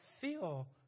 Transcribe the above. feel